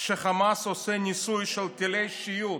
כשחמאס עושה ניסוי של טילי שיוט,